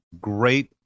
Great